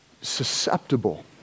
susceptible